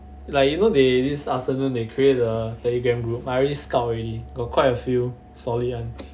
like you know they this afternoon they create the telegram group I already scout already got quite a few solid one